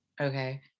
Okay